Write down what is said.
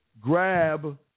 grab